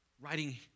Writing